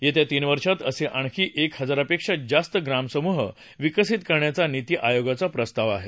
येत्या तीन वर्षात असे आणखी एक हजारापेक्षा जास्त ग्रामसमूह विकसित करण्याचा नीती आयोगाचा प्रस्ताव आहे